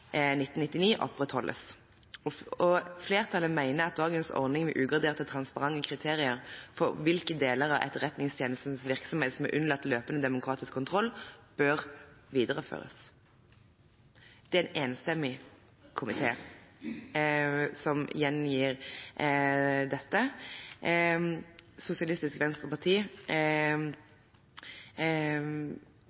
1999, opprettholdes. Flertallet mener at dagens ordning med ugraderte transparente kriterier for hvilke deler av Etterretningstjenestens virksomhet som er unntatt løpende demokratisk kontroll, bør videreføres.» Det er en enstemmig komité som gjengir dette. Sosialistisk Venstreparti